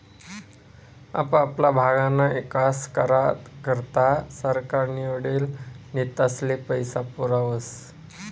आपापला भागना ईकास करा करता सरकार निवडेल नेतास्ले पैसा पुरावस